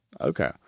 Okay